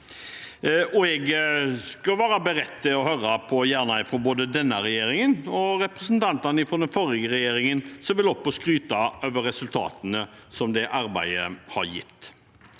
Jeg skal være beredt til å høre fra både denne regjeringen og representanter fra den forrige regjeringen som vil opp og skryte av resultatene det arbeidet har gitt.